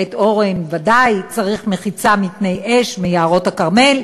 בית-אורן בוודאי צריך מחיצה מפני אש ביערות הכרמל,